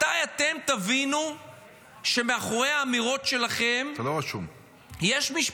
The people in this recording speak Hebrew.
מתי אתם תבינו שמאחורי האמירות שלכם יש משפחות,